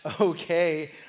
okay